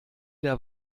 der